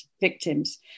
victims